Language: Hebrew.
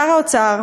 שר האוצר,